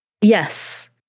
yes